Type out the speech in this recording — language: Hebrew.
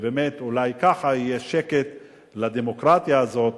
ואולי ככה יהיה שקט לדמוקרטיה הזאת,